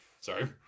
sorry